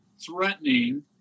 threatening